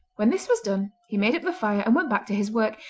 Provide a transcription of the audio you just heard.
when this was done he made up the fire, and went back to his work,